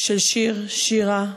של שיר, שירה,